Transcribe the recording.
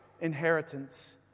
inheritance